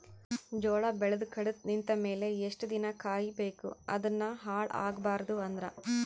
ಜೋಳ ಬೆಳೆದು ಕಡಿತ ನಿಂತ ಮೇಲೆ ಎಷ್ಟು ದಿನ ಕಾಯಿ ಬೇಕು ಅದನ್ನು ಹಾಳು ಆಗಬಾರದು ಅಂದ್ರ?